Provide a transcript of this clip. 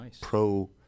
pro